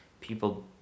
people